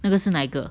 那个是哪一个